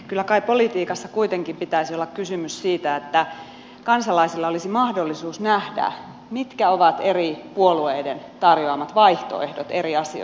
kyllä kai politiikassa kuitenkin pitäisi olla kysymys siitä että kansalaisilla olisi mahdollisuus nähdä mitkä ovat eri puolueiden tarjoamat vaihtoehdot eri asioiden osalta